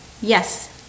Yes